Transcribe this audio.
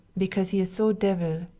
because he is so devil.